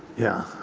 yeah,